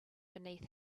beneath